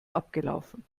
abgelaufen